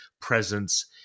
presence